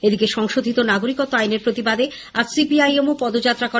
এদিকে সংশোধিত নাগরিকত্ব আইনের প্রতিবাদে আজ সিপিআইএমও পদযাত্রা করে